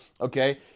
Okay